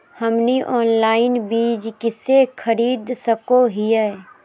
हमनी ऑनलाइन बीज कइसे खरीद सको हीयइ?